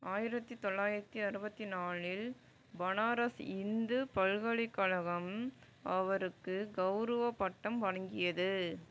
ஆயிரத்து தொள்ளாயிரத்து அறுபத்தி நாலில் பனாரஸ் இந்து பல்கலைக்கழகம் அவருக்கு கவுரவ பட்டம் வழங்கியது